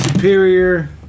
Superior